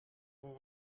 vous